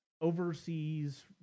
overseas